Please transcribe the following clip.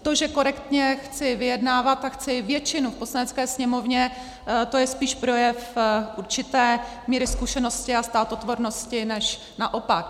To, že korektně chci vyjednávat a chci většinu v Poslanecké sněmovně, to je spíš projev určité míry zkušenosti a státotvornosti než naopak.